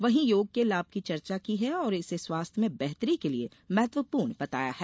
वहीं योग के लाभ की चर्चा की है और इसे स्वास्थ्य में बेहतरी के लिए महत्वपूर्ण बताया है